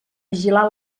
vigilar